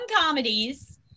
comedies